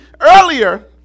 earlier